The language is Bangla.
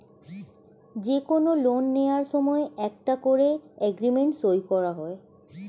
যে কোনো লোন নেয়ার সময় একটা করে এগ্রিমেন্ট সই করা হয়